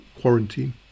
quarantine